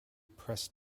pressed